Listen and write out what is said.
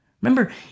Remember